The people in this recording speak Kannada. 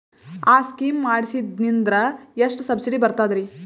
ಆ ಸ್ಕೀಮ ಮಾಡ್ಸೀದ್ನಂದರ ಎಷ್ಟ ಸಬ್ಸಿಡಿ ಬರ್ತಾದ್ರೀ?